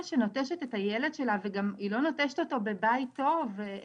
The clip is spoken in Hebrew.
שנוטשת את הילד שלה וגם היא לא נוטשת אותו בבית טוב,